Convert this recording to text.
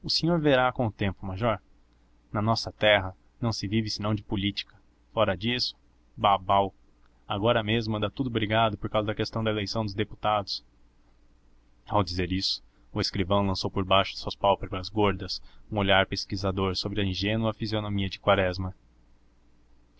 senhor verá com o tempo major na nossa terra não se vive senão de política fora disso babau agora mesmo anda tudo brigado por causa da questão da eleição de deputados ao dizer isto o escrivão lançou por baixo das suas pálpebras gordas um olhar pesquisador sobre a ingênua fisionomia de quaresma